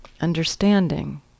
understanding